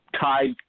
tied